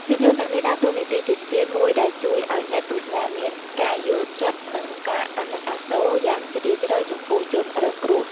ភាពយន្តទាំងនេះដើរតួនាទីជាស្ពានមួយដែលជួយឲ្យអ្នកទស្សនាមាន ការយល់ចិត្ត និងការអាណិតអាសូរ យ៉ាងជ្រាលជ្រៅចំពោះជនរងគ្រោះ។